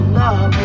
love